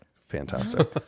Fantastic